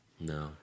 No